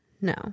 No